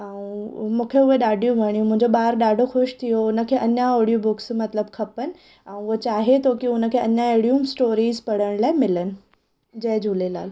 ऐं मूंखे उहे ॾाढियूं वणियूं मुंहिंजो ॿार ॾाढो ख़ुशि थी वियो हुनखे अञा अहिड़ियूं बुक्स मतलबु खपनि ऐं उहो चाहे थो की हुनखे अञा अहिड़ियूं स्टोरीस पढ़ण लाइ मिलनि जय झूलेलाल